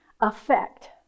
effect